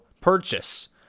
purchase